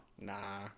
Nah